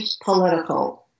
political